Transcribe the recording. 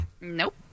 Nope